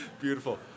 beautiful